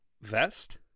vest